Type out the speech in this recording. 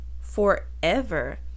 forever